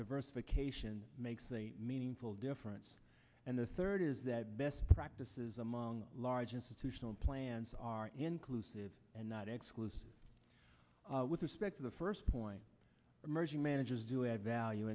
diversification makes a meaningful difference and the third is that best practices among large institutional plans are inclusive and not exclusive with respect to the first point emerging managers do add value